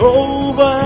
over